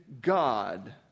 God